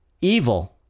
evil